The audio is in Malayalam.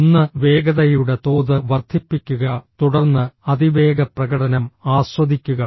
ഒന്ന് വേഗതയുടെ തോത് വർദ്ധിപ്പിക്കുക തുടർന്ന് അതിവേഗ പ്രകടനം ആസ്വദിക്കുക